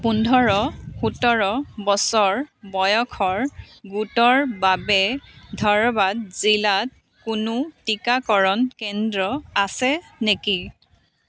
পোন্ধৰ সোতৰ বছৰ বয়সৰ গোটৰ বাবে ধৰৱাদ জিলাত কোনো টীকাকৰণ কেন্দ্ৰ আছে নেকি